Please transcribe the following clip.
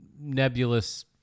nebulous